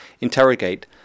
interrogate